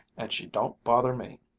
and she don't bother me.